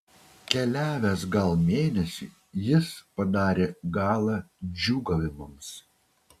keliavęs gal mėnesį jis padarė galą džiūgavimams